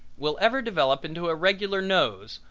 will ever develop into a regular nose,